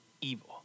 evil